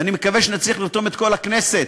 ואני מקווה שנצליח לרתום את כל הכנסת